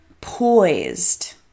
poised